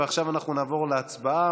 עכשיו אנחנו נעבור להצבעה.